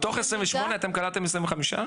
מתוך 28 קלטתם 25?